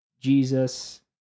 Jesus